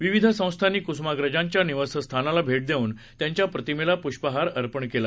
विविध संस्थांनी कुसुमाग्रजांच्या निवासस्थानाला भेट देवून त्यांच्या प्रतिमेला पुष्पहार अर्पण केला